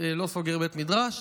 בית מדרש,